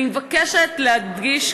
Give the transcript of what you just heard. אני מבקשת להדגיש,